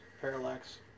parallax